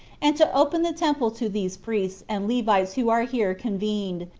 and to open the temple to these priests and levites who are here convened,